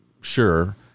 sure